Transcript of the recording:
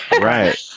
Right